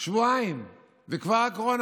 ואני תוהה, ושואל אותך: